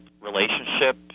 relationship